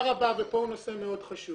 הדבר הבא בתור נושא מאוד חשוב